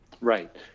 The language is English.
Right